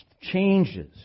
changes